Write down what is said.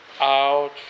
out